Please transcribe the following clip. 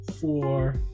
four